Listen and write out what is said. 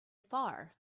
far